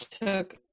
took